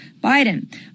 Biden